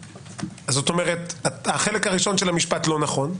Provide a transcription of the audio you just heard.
זאת אומרת החלק הראשון של המשפט הוא לא נכון,